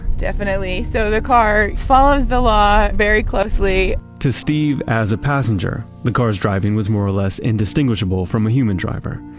definitely. so the car follows the law very closely. to steve as a passenger, the car's driving was more or less indistinguishable from a human driver.